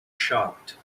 shocked